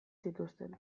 zituzten